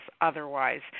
otherwise